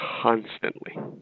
constantly